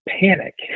panic